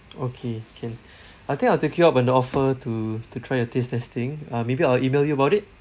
okay can I think I'll take you up on the offer to to try a taste testing ah maybe I'll email you about it